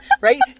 right